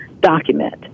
document